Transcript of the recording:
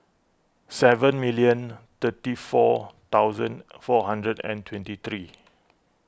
seven million thirty four thousand four hundred and twenty three